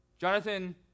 Jonathan